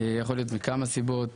יכול להיות מכמה סיבות,